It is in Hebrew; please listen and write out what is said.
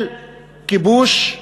של כיבוש,